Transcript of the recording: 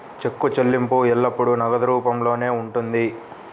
చెక్కు చెల్లింపు ఎల్లప్పుడూ నగదు రూపంలోనే ఉంటుంది